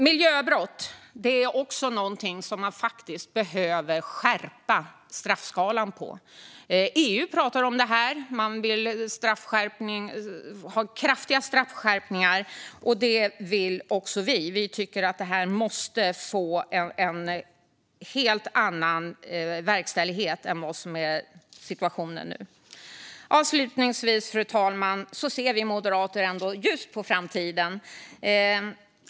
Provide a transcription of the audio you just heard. Miljöbrott är också något som man behöver skärpa straffskalan för. EU pratar om det här - man vill ha kraftiga straffskärpningar. Det vill också vi. Vi tycker att det här måste få en helt annan verkställighet än i vad som är situationen nu. Fru talman! Vi moderater ser ändå ljust på framtiden.